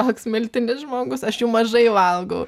toks miltinis žmogus aš jų mažai valgau